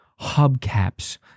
hubcaps